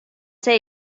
see